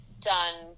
done